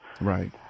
Right